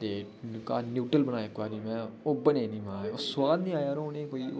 ते घर नूड्ल्स बनाये इक्क बारी में ओह् बने निं माये ओह् सोआद निं आया यरो